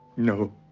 no.